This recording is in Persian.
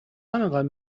همینقد